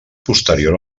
posterior